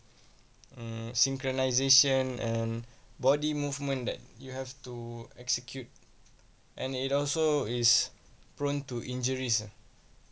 um synchronisation and body movement that you have to execute and it also is prone to injuries